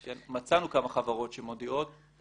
מצאנו כמה חברות שמודיעות על כך.